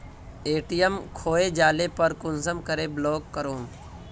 ATM खोये जाले पर कुंसम करे ब्लॉक करूम?